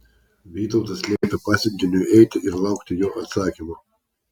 vytautas liepė pasiuntiniui eiti ir laukti jo atsakymo